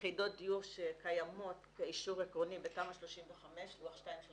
יחידות דיור שקיימות כאישור עקרוני בלוח 2 של